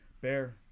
Bear